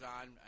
on